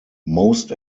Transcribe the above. most